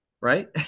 Right